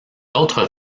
autres